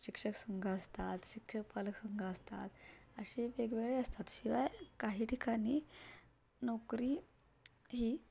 शिक्षक संघ असतात शिक्षक पालक संघ असतात असे वेगवेगळे असतात शिवाय काही ठिकाणी नोकरी ही